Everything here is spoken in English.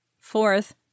Fourth